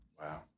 Wow